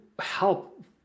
help